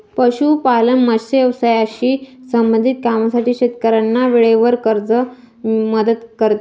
पशुपालन, मत्स्य व्यवसायाशी संबंधित कामांसाठी शेतकऱ्यांना वेळेवर कर्ज मदत करते